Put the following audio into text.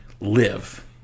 live